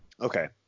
okay